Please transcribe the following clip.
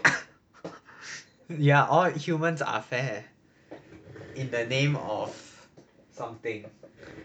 ya all humans are fair in the name of something